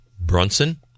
Brunson